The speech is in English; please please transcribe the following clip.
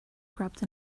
grabbed